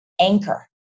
anchor